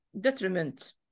detriment